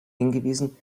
hingewiesen